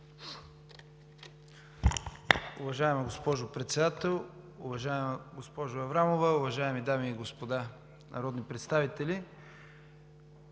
Уважаема госпожо Председател, уважаема госпожо Аврамова, уважаеми дами и господа народни представители!